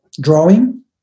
drawing